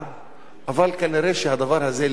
אבל כנראה הדבר הזה לגיטימי מדי פעם,